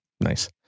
Nice